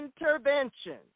intervention